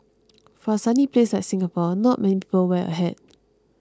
for a sunny place like Singapore not many people wear a hat